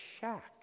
shack